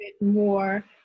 more